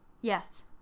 yes